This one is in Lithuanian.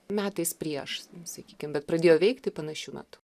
metais prieš sakykim bet pradėjo veikti panašiu metu